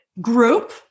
group